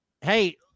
hey